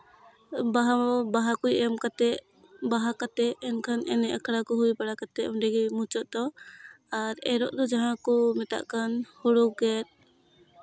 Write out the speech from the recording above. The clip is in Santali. ᱵᱟᱦᱟ ᱵᱟᱦᱟ ᱠᱚᱭ ᱮᱢ ᱠᱟᱛᱮᱫ ᱵᱟᱦᱟ ᱠᱟᱛᱮᱫ ᱮᱱᱠᱷᱟᱱ ᱮᱱᱮᱡ ᱟᱠᱷᱲᱟ ᱠᱚ ᱦᱩᱭ ᱵᱟᱲᱟ ᱠᱟᱛᱮᱫ ᱚᱸᱰᱮᱜᱮ ᱢᱩᱪᱟᱹᱫ ᱫᱚ ᱟᱨ ᱮᱨᱚᱜ ᱫᱚ ᱡᱟᱦᱟᱸ ᱠᱚ ᱢᱮᱛᱟᱫ ᱠᱟᱱ ᱦᱩᱲᱩ ᱜᱮᱫ